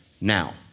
now